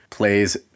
plays